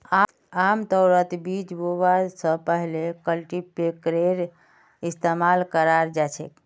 आमतौरत बीज बोवा स पहले कल्टीपैकरेर इस्तमाल कराल जा छेक